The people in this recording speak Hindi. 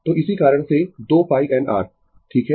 तो इसी कारण से 2 π n r ठीक है